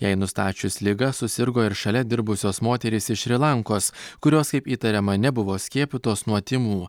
jai nustačius ligą susirgo ir šalia dirbusios moterys iš šri lankos kurios kaip įtariama nebuvo skiepytos nuo tymų